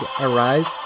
arise